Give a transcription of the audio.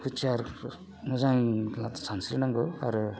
हुसियार मोजां सानस्रिनांगौ आरो